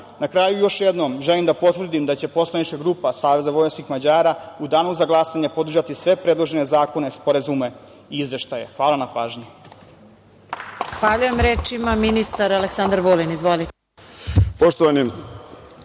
kraju, još jednom želim da potvrdim da će poslanička grupa Saveza vojvođanskih Mađara u danu za glasanje podržati sve predložene zakone, sporazume i izveštaje. Hvala na pažnji. **Marija Jevđić** Zahvaljujem. Reč ima ministar Aleksandar Vulin. Izvolite.